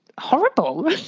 horrible